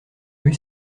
lue